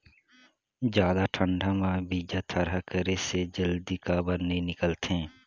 जादा ठंडा म बीजा थरहा करे से जल्दी काबर नी निकलथे?